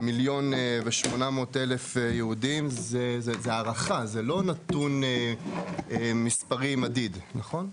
מיליון יהודים זו הערכה וזה לא נתון מספרי מדיד נכון?